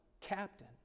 captain